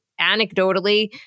anecdotally